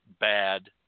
bad